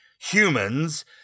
humans